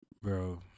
Bro